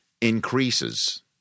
increases